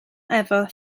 efo